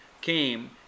came